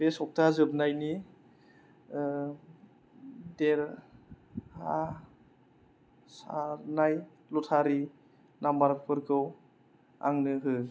बे सब्था जोबनायनि देरहासारनाय लटारि नाम्बरफोरखौ आंनो हो